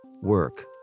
Work